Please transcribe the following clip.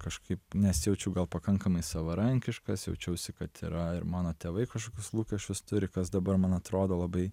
kažkaip nesijaučiau gal pakankamai savarankiškas jaučiausi kad yra ir mano tėvai kažkokius lūkesčius turi kas dabar man atrodo labai